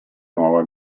nuova